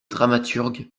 dramaturge